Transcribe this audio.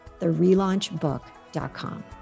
therelaunchbook.com